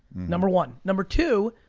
number one. number two,